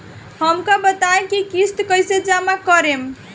हम का बताई की किस्त कईसे जमा करेम?